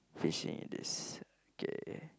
fishing it is okay